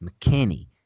McKinney